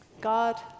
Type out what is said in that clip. God